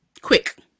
quick